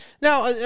Now